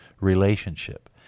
relationship